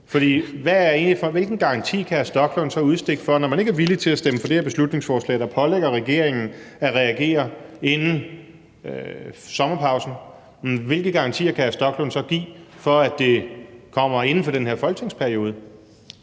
hvilken garanti kan hr. Rasmus Stoklund så udstede? Når man ikke er villig til at stemme for det her beslutningsforslag, der pålægger regeringen at reagere inden sommerpausen, hvilke garantier kan hr. Rasmus Stoklund så give for, at det kommer inden for den her folketingsperiode?